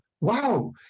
Wow